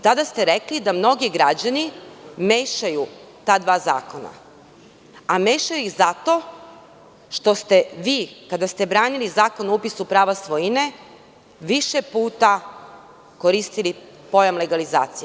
Tada ste rekli da mnogi građani mešaju ta dva zakona, a mešaju ih zato što ste vi kada ste branili Zakon o upisu prava svoje, više puta koristili pojam legalizacije.